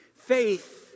Faith